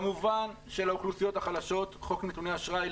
כמובן לאוכלוסיות החלשות חוק נתוני אשראי,